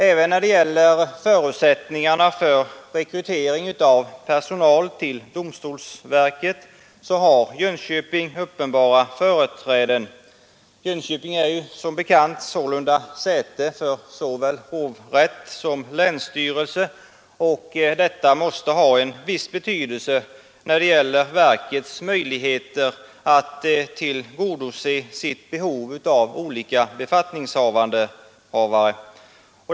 Även när det gäller förutsättningarna för rekrytering av personal till domstolsverket har Jönköping uppenbara företräden. Jönköping är som bekant säte för såväl hovrätt som länsstyrelse, och detta måste ha en viss betydelse när det gäller verkets möjligheter att tillgodose sitt behov av olika befattningshavare.